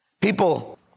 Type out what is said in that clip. People